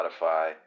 Spotify